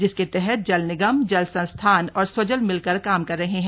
जिसके तहत जल निगम जल संस्थान और स्वजल मिलकर काम कर रहे है